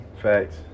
Facts